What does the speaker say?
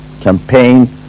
campaign